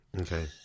Okay